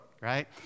Right